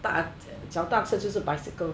搭架踏车就是 bicycle